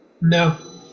no